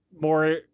more